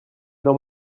dans